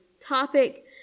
topic